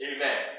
Amen